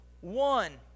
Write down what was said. one